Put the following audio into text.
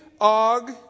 Og